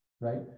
right